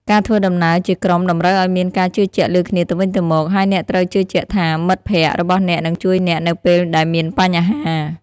ការធ្វើដំណើរជាក្រុមតម្រូវឱ្យមានការជឿជាក់លើគ្នាទៅវិញទៅមក ហើយអ្នកត្រូវជឿជាក់ថា មិត្តភក្តិរបស់អ្នកនឹងជួយអ្នកនៅពេលដែលមានបញ្ហា។